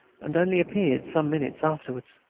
and only appeared some minutes afterwards.